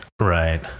Right